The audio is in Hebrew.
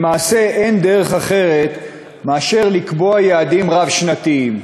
למעשה אין דרך אחרת מאשר לקבוע יעדים רב-שנתיים: